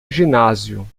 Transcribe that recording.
ginásio